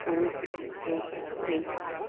okay okay okay thank you thank you